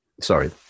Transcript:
sorry